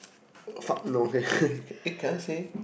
fuck no okay eh can I say